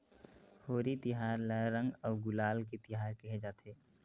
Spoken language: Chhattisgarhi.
होरी तिहार ल रंग अउ गुलाल के तिहार केहे जाथे